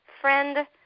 friend